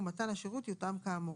ומתן השירות יותאם כאמור.